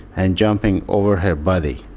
and jumping over her body.